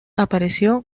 apareció